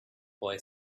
boy